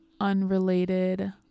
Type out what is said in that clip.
unrelated